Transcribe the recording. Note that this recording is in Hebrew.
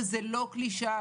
וזה לא קלישאה,